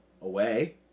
Away